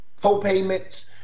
co-payments